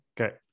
Okay